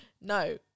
no